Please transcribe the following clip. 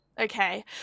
okay